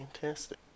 Fantastic